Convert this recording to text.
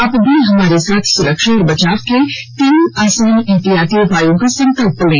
आप भी हमारे साथ सुरक्षा और बचाव के तीन आसान एहतियाती उपायों का संकल्प लें